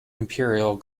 imperial